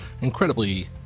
incredibly